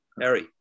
Harry